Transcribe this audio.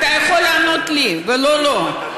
אתה יכול לענות לי ולא לו.